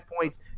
points